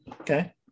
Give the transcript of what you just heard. okay